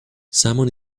someone